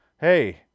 hey